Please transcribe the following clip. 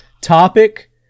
topic